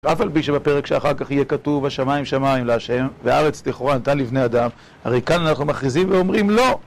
ואף על פי שבפרק שאחר כך יהיה כתוב, השמיים שמיים להשם, וארץ לכאןרה נתן לבני אדם, הרי כאן אנחנו מכריזים ואומרים לא!